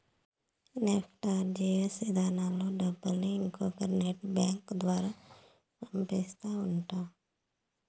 NEFT, RTGS ఇధానాల్లో డబ్బుల్ని ఇంకొకరి నెట్ బ్యాంకింగ్ ద్వారా పంపిస్తా ఉంటాం